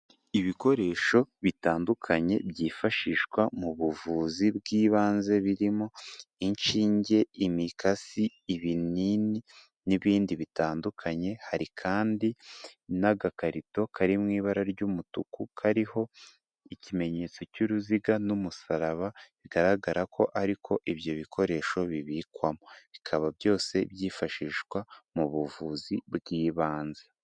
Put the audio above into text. Ibikoresho bitandukanye byifashishwa mu buvuzi bw'ibanze, birimo inshinge, imikasi, ibinini n'ibindi bitandukanye, hari kandi n'agakarito kari mu ibara ry'umutuku kariho ikimenyetso cy'uruziga n'umusaraba, bigaragara ko ari ko ibyo bikoresho bibikwamo, bikaba byose byifashishwa mu buvuzi bw'ibanze.